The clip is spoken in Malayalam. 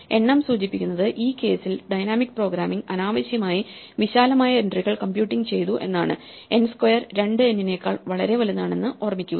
എണ്ണം സൂചിപ്പിക്കുന്നത് ഈ കേസിൽ ഡൈനാമിക് പ്രോഗ്രാമിങ് അനാവശ്യമായി വിശാലമായ എൻട്രികൾ കമ്പ്യൂട്ടിങ് ചെയ്തു എന്നാണ് n സ്ക്വയർ 2n നേക്കാൾ വളരെ വലുതാണ് എന്ന് ഓർമിക്കുക